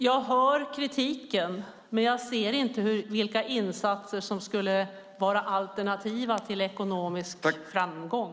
Jag hör kritiken, men jag ser inte vilka insatser som skulle vara alternativ till ekonomisk framgång.